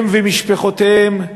הם ומשפחותיהם,